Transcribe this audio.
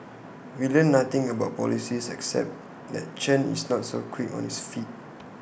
we learnt nothing about policies except that Chen is not so quick on his feet